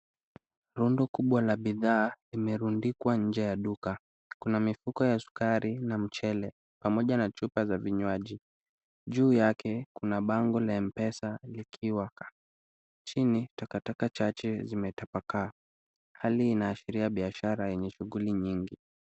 Rundo kubwa la bidhaa limerundikwa nje ya duka. Kuna mifuko ya sukari na mchele pamoja na chupa za vinywaji. Juu yake kuna bango la m-pesa likiwaka. Chini takataka chache zimetapakaa. Hali hii inaashiria biashara yenye shughuli nyingi.